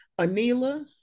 anila